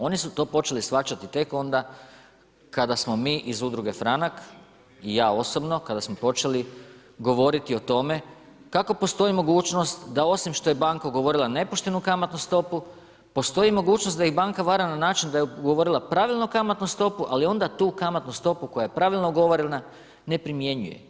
Oni su to počeli shvaćati tek onda, kada smo mi iz Udruge Franak i ja osobno, kada smo počeli govoriti o tome, kako postoji mogućnost, da osim što je banka ugovorila nepoštenu kamatnu stopu, postoji mogućnost da ih banka vara na način, da je ugovorila pravilno kamatnu stopu, ali onda tu kamatnu stopu koja je pravilno ugovorena, ne primjenjuje.